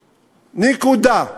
נקודה.